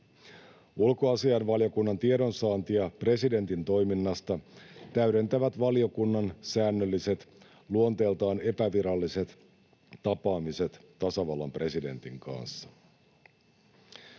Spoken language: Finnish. Ulkoasiainvaliokunnan tiedonsaantia presidentin toiminnasta täydentävät valiokunnan säännölliset, luonteeltaan epäviralliset tapaamiset tasavallan presidentin kanssa.